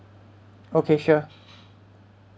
okay sure